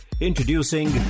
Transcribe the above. Introducing